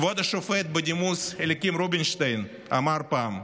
כבוד השופט בדימוס אליקים רובינשטיין אמר פעם: